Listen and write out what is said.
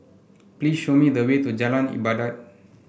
please show me the way to Jalan Ibadat